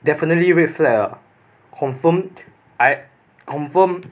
definitely red flag confirmed I confirmed